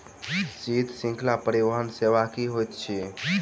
शीत श्रृंखला परिवहन सेवा की होइत अछि?